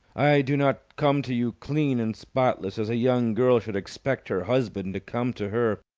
i do not come to you clean and spotless as a young girl should expect her husband to come to her.